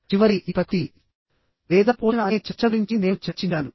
చివరికి ఇది ప్రకృతి లేదా పోషణ అనే చర్చ గురించి నేను చర్చించాను